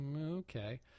Okay